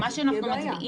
מה שאנחנו מצביעים,